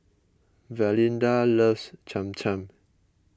Valinda loves Cham Cham